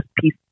piece